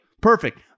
Perfect